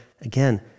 again